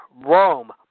Rome